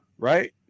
Right